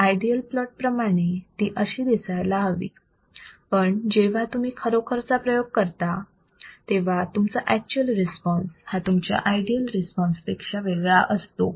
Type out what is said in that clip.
ideal plot प्रमाणे ती अशी दिसायला हवी होती पण जेव्हा तुम्ही खरोखर चा प्रयोग करता तेव्हा तुमचा अॅक्च्युअल रिस्पॉन्स हा तुमच्या आयडियल रिस्पॉन्स पेक्षा वेगळा असतो